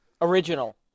Original